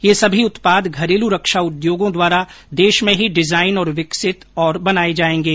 ये सभी उत्पाद घरेलू रक्षा उद्योगों द्वारा देश में ही डिजायन और विकसित तथा बनाये जायेंगे